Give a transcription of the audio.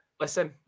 Listen